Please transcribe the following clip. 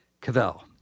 Cavell